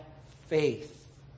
faith